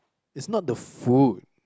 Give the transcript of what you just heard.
is not the food